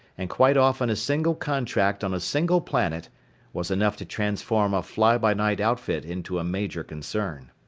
and quite often a single contract on a single planet was enough to transform a fly-by-night outfit into a major concern.